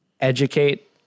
educate